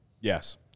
Yes